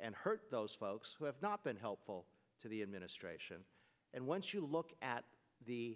and hurt those folks who have not been helpful to the administration and once you look at the